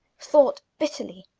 thought bitterly,